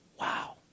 Wow